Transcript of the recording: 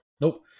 Nope